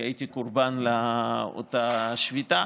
כי הייתי קורבן לאותה שביתה.